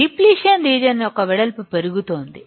depletion region యొక్క ఈ వెడల్పు పెరుగుతోంది